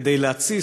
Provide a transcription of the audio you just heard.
כדי להתסיס,